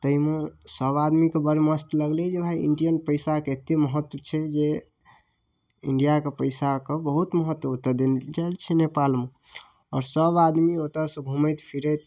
ताहिमे सब आदमीके बड़ मस्त लगलै जे भाइ इण्डियन पइसाके एतेक महत्व छै जे इण्डियाके पइसाके बहुत महत्व ओतऽ देल जाइ छै नेपालमे आओर सब आदमी ओतऽसँ घुमैत फिरैत